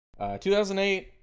2008